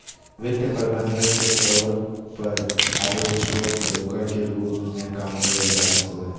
वित्तीय प्रबंधक के तौर पर आरो स्टॉक ब्रोकर के रूप मे काम करल जा सको हई